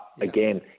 again